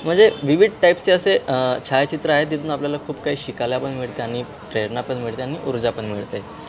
म्हणजे विविध टाईपसचे असे छायाचित्र आहेत तथून आपल्याला खूप काही शिकायला पण मिळते आणि प्रेरणा पण मिळते आणि ऊर्जा पण मिळते